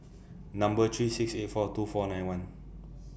Number three six eight four two four nine one